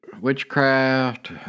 witchcraft